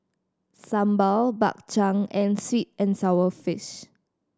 sambal Bak Chang and sweet and sour fish